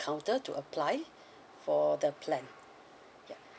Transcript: counter to apply for the plan ya